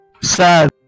Sad